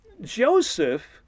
Joseph